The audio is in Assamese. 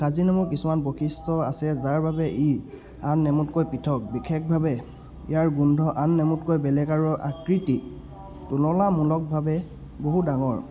কাজিনেমুৰ কিছুমান বৈশিষ্ট্য আছে যাৰ বাবে ই আন নেমুতকৈ পৃথক বিশেষভাৱে ইয়াৰ গোন্ধ আন নেমুতকৈ বেলেগ আৰু আকৃতি তুললামূলকভাৱে বহু ডাঙৰ